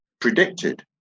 predicted